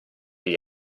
gli